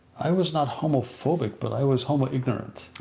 i was not homophobic, but i was homo-ignorant.